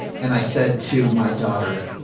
and i said to my daughter,